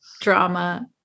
drama